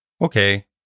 Okay